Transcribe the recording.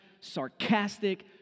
sarcastic